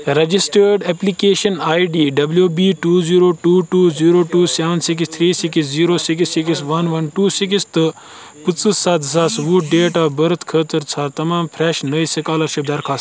registered application I D W B two zero two two zero two seven six three six zero six six one one two six تہٕ پٕنژٕہ سَتھ زٕ ساس وُہ date of birth خٲطرٕ ژھار تمام فریش نٔے سُکالرشپٕک درخواستہٕ